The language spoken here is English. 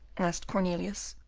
asked cornelius,